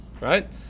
right